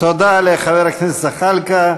תודה לחבר הכנסת זחאלקה.